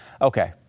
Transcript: Okay